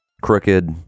crooked